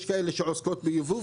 יש כאלה שעוסקות ביבוא,